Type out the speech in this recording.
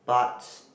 but